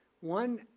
one